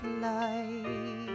light